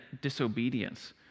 disobedience